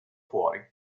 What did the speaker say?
fuori